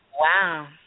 Wow